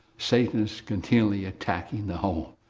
satan's continually attacking the home.